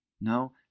No